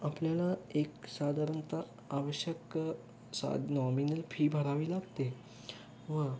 आपल्याला एक साधारणत आवश्यक सा नॉमिनल फी भरावी लागते व